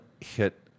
hit